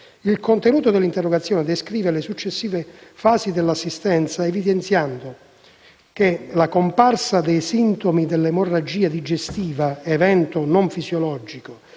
Il contenuto dell'interrogazione descrive le successive fasi dell'assistenza, evidenziando: la comparsa dei sintomi dell'emorragia digestiva (evento non fisiologico),